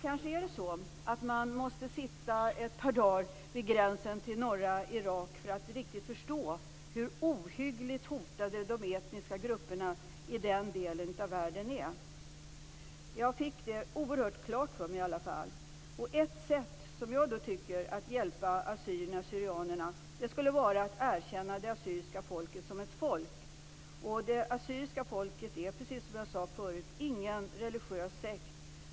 Man måste kanske sitta ett par dagar vid gränsen till norra Irak för att riktigt förstå hur ohyggligt hotade de etniska grupperna i den delen av världen är. Jag fick i alla fall detta oerhört klart för mig. Och jag tycker att ett sätt att hjälpa assyrierna och syrianerna på skulle vara att erkänna det assyriska folket som ett folk. Det assyriska folket är, precis som jag tidigare sade, ingen religiös sekt.